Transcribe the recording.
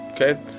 okay